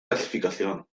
clasificación